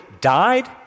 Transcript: died